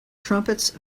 trumpets